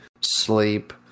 sleep